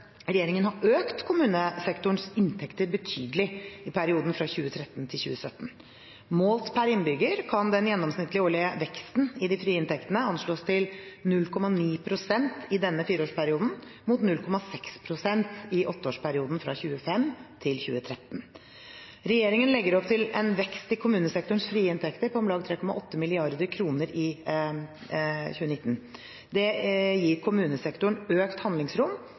regjeringen har økt kommunesektorens inntekter betydelig i perioden fra 2013 til 2017. Målt per innbygger kan den gjennomsnittlige årlige veksten i de frie inntektene anslås til 0,9 pst. i denne fireårsperioden, mot 0,6 pst. i åtteårsperioden fra 2005 til 2013. Regjeringen legger opp til en vekst i kommunesektorens frie inntekter på om lag 3,8 mrd. kr i 2018. Det gir kommunesektoren økt handlingsrom